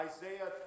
Isaiah